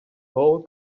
whole